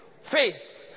Faith